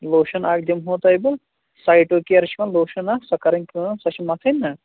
lotion اَکھ دِمہو تۄہہِ بہٕ سایٹو کیر چھِ وَنۍ لوشَن اَکھ سۄ کَرٕنۍ کٲم سۄ چھِ متھٕنۍ نا